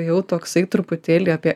jau toksai truputėlį apie